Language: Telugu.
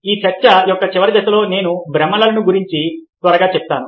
ఈ చర్చ యొక్క చివరి దశలో నేను భ్రమలను గురించి త్వరగా చెప్తాను